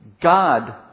God